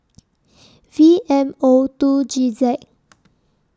V M O two G Z